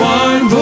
one